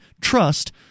trust